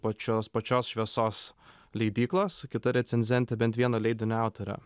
pačios pačios šviesos leidyklos kita recenzentė bent vieno leidinio autorė